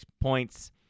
points